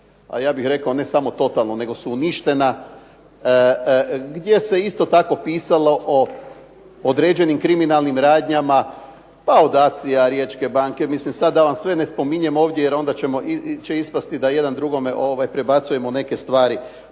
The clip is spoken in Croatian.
a ja bih rekao ne samo totalno, nego su uništena, gdje se isto tako pisalo o određenim kriminalnim radnjama, od ACI-ja do Riječke banke, mislim sada da vam sve ne spominjem ovdje pa će ispasti da jedan drugome prebacujemo neke stvari,